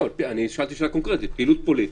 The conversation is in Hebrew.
אני שאלתי שאלה קונקרטית, פעילות פוליטית.